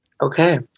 okay